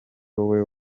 wowe